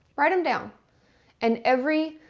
write them down and every,